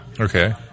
Okay